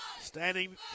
standing